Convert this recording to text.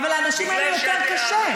אבל לאנשים האלה יותר קשה.